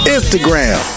Instagram